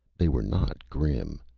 they were not grim.